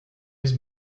his